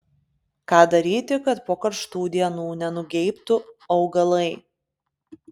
ką daryti kad po karštų dienų nenugeibtų augalai